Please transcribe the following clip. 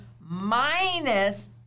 minus